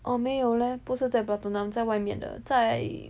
哦没有啦不是在 Pratunam 在外面的在